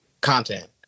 content